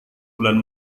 bulan